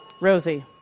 Rosie